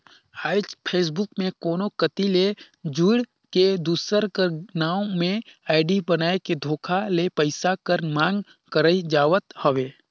आएज फेसबुक में कोनो कती ले जुइड़ के, दूसर कर नांव में आईडी बनाए के धोखा ले पइसा कर मांग करई जावत हवे